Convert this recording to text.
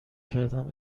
کردم